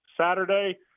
Saturday